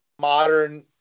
modern